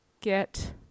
get